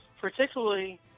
particularly